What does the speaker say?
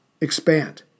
expand